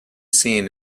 seen